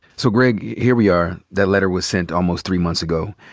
so greg, here we are. that letter was sent almost three months ago.